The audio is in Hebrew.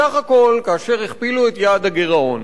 בסך הכול, כאשר הכפילו את יעד הגירעון